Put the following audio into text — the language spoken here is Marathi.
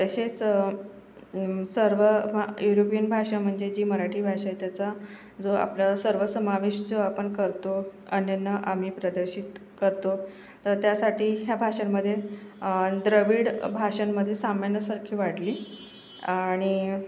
तसेच सर्व हं युरोपियन भाषा म्हणजे जी मराठी भाषा आहे त्याचा जो आपला सर्वसमावेश जो आपण करतो आन्यंना आम्ही प्रदर्शित करतो तर त्यासाठी ह्या भाषांमध्ये द्रविड भाषांमध्ये साम्यांनासारखी वाटली आणि